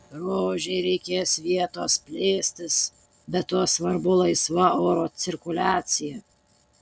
rožei reikės vietos plėstis be to svarbu laisva oro cirkuliacija